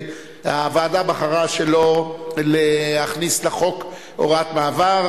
כיושב-ראש הוועדה אני חייב להאיר את עיני חברי.